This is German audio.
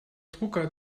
drucker